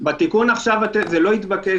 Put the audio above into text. בתיקון עכשיו זה לא התבקש,